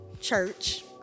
church